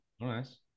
Nice